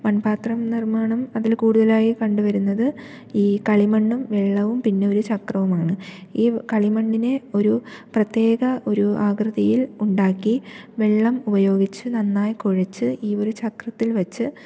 മൺപാത്രം നിർമ്മാണം അതിൽ കൂടുതലായി കണ്ടു വരുന്നത് ഈ കളിമണ്ണും വെള്ളവും പിന്നെ ഒരു ചക്രവുമാണ് ഈ കളിമണ്ണിനെ ഒരു പ്രത്യേക ഒരു ആകൃതിയിൽ ഉണ്ടാക്കി വെള്ളം ഉപയോഗിച്ച് നന്നായി കുഴച്ച് ഈ ഒരു ചക്രത്തിൽ വെച്ച്